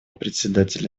представителя